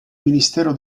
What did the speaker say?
ministero